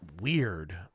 weird